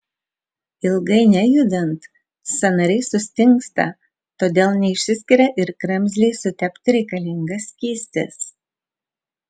ilgai nejudant sąnariai sustingsta todėl neišsiskiria ir kremzlei sutepti reikalingas skystis